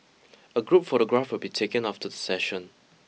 a group photograph will be taken after the session